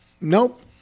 Nope